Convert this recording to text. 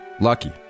Lucky